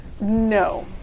No